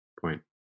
point